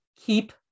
Keep